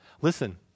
Listen